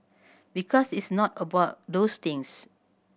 because it's not about those things